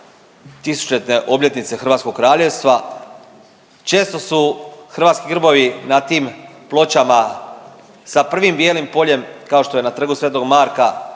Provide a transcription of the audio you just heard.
tisućite obljetnice hrvatskog kraljevstva. Često su hrvatski grbovi na tim pločama sa prvim bijelim poljem kao što je na trgu sv. Marka